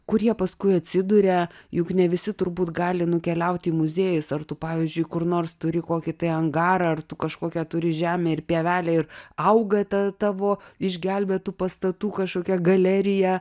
kurie paskui atsiduria juk ne visi turbūt gali nukeliaut į muziejus ar tu pavyzdžiui kur nors turi kokį tai angarą ar tu kažkokią turi žemę ir pievelę ir auga ta tavo išgelbėtų pastatų kažkokia galerija